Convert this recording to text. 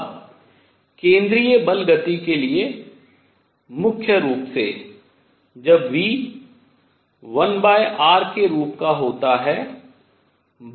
अब केंद्रीय बल गति के लिए मुख्य रूप से जब v 1r के रूप का होता है